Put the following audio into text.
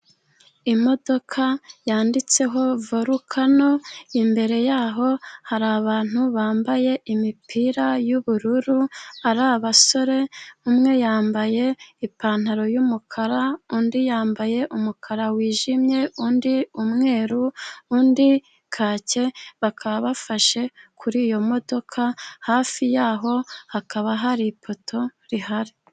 Imodoka yanditseho vorukano, imbere yaho hari abantu bambaye imipira y'ubururu ari abasore, umwe yambaye ipantaro y'umukara, undi yambaye umukara wijimye, undi umweru, undi kake, bakaba bafashe kuri iyo modoka, hafi yaho hakaba hari ipoto rihari.